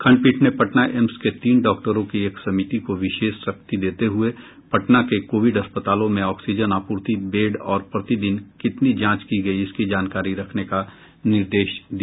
खंडपीठ ने पटना एम्स के तीन डॉक्टरों की एक समिति को विशेष शक्ति देते हुये पटना के कोविड अस्पतालों में ऑक्सीजन आपूर्ति बेड और प्रतिदिन कितनी जांच की गयी इसकी जानकारी रखने का निर्देश दिया